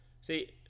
See